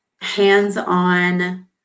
hands-on